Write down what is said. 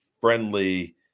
friendly